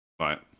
Right